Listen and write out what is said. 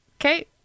Okay